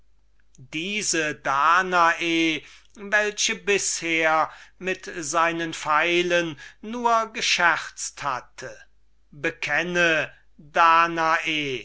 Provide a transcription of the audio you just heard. diese danae welche bisher mit seinen pfeilen nur gescherzt hatte bekenne danae